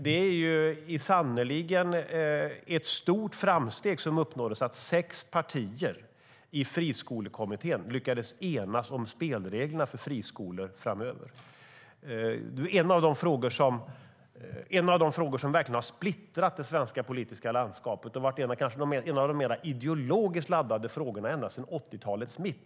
Det var sannerligen ett stort framsteg som uppnåddes: att sex partier i Friskolekommittén lyckades enas om spelreglerna för friskolor framöver. Detta med friskolor och valfrihet är en av de frågor som verkligen har splittrat det svenska politiska landskapet och varit en av de mer ideologiskt laddade frågorna ända sedan 80-talets mitt.